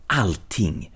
allting